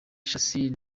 shassir